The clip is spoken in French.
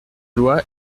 loi